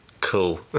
cool